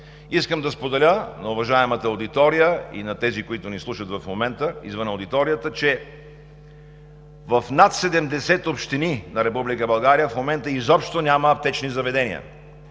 Искам да споделя на уважаемата аудитория и на тези, които ни слушат в момента извън аудиторията, че в над 70 общини на Република България в момента изобщо няма аптечни заведения,